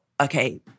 okay